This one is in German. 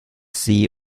see